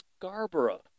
Scarborough